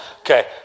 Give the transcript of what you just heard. Okay